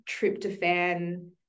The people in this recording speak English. tryptophan